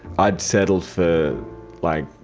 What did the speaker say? i'd settle for like,